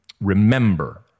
Remember